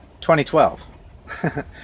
2012